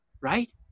Right